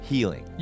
Healing